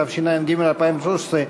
התשע"ג 2013,